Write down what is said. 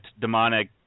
demonic